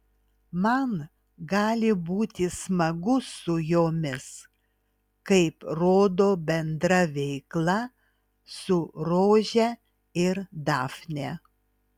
man gali būti smagu su jomis kaip rodo bendra veikla su rože ir dafne